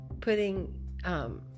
putting